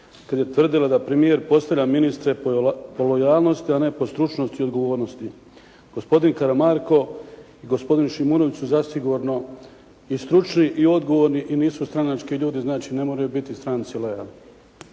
kad je tvrdila da premijer postavlja ministre po lojalnosti, a ne po stručnosti i odgovornosti. Gospodin Karamarko i gospodin Šimunović su zasigurno i stručni i odgovorni i nisu stranački ljudi, znači ne moraju biti stranci lojalni.